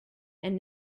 and